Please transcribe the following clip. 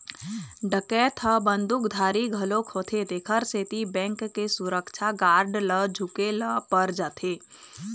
डकैत ह बंदूकधारी घलोक होथे तेखर सेती बेंक के सुरक्छा गार्ड ल झूके ल पर जाथे